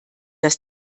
das